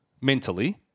mentally